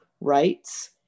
rights